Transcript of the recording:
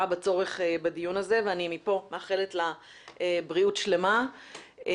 בצורך בדיון הזה ואני מפה מאחלת לה בריאות שלמה.